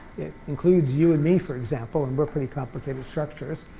it includes you and me, for example, and we're pretty complicated structures.